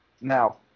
Now